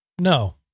No